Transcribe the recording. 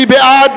מי בעד?